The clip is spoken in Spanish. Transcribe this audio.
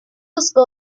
buscó